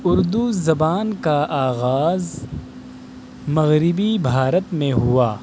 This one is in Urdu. اردو زبان کا آغاز مغربی بھارت میں ہوا